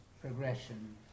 progression